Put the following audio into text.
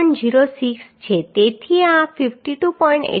84 kilonewton આવે છે